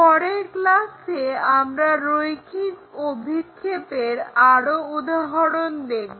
পরের ক্লাসে আমরা রৈখিক অভিক্ষেপের আরো উদাহরণ দেখব